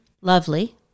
lovely